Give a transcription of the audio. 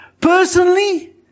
Personally